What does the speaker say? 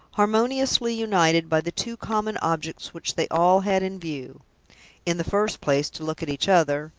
harmoniously united by the two common objects which they all had in view in the first place, to look at each other,